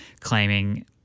claiming